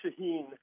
Shaheen